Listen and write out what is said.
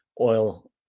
oil